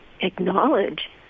acknowledge